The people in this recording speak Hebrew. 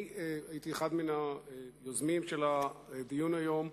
אני הייתי אחד היוזמים של הדיון היום.